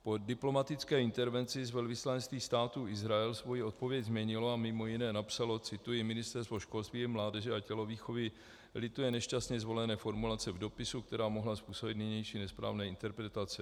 Po diplomatické intervenci z velvyslanectví Státu Izrael svoji odpověď změnilo a mimo jiné napsalo cituji: Ministerstvo školství, mládeže a tělovýchovy lituje nešťastně zvolené formulace v dopisu, která mohla způsobit nynější nesprávné interpretace.